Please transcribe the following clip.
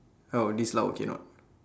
how this loud okay or not